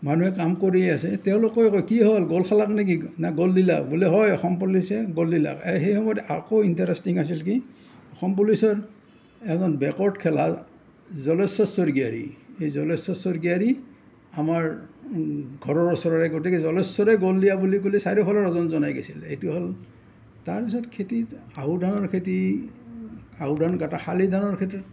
মানুহে কাম কৰি আছে তেওঁলোকেও কয় কি হ'ল গ'ল খালাক নেকি নে গ'ল দিলাক বোলে হয় অসম পুলিচে গ'ল দিলাক এই সেই সময়ত আকৌ ইন্টাৰেষ্টিং আছিল কি অসম পুলিচৰ এজন বেকৱাৰ্ড খেলা জলেশ্বৰ স্বৰ্গীয়াৰী এই জলেশ্বৰ স্বৰ্গীয়াৰী আমাৰ ঘৰৰ ওচৰৰে গতিকে জলেশ্বৰে গ'ল দিয়া বুলি ক'লে চাৰিওফালে ৰজনজনাই গেইছিল এইটো হ'ল তাৰপিছত খেতিত আহু ধানৰ খেতি আহু ধান কাটা শালি ধানৰ খেতি